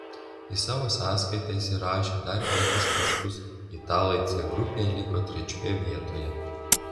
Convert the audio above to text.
į savo sąskaitą įsirašę dar penkis taškus italai c grupėje liko trečioje vietoje